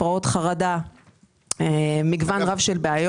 הפרעות חרדה, מגוון רב של בעיות.